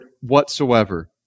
whatsoever